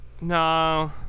No